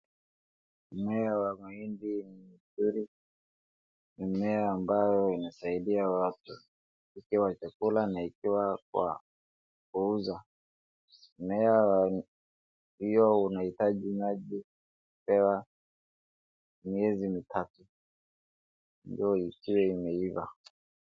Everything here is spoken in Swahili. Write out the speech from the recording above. Mmea wa mahindi ni mzuri, ni mmea ambao inasaidia watu, ikiwa chakula na ikiwa kwa kuuza. Mmea wa, hio unahitaji maji kupewa miezi mitatu, ndio ikuwe imeiva.